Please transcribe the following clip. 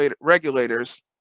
regulators